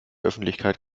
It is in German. öffentlichkeit